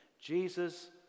Jesus